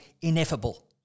ineffable